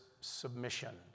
submission